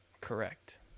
Correct